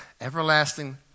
everlasting